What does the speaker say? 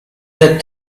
that